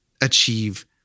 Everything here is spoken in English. achieve